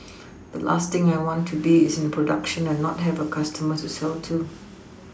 the last thing I want to be is in production and not have a customer to sell to